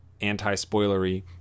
anti-spoilery